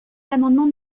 l’amendement